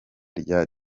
rya